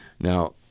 Now